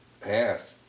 half